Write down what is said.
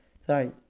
sorry